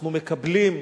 אנחנו מקבלים,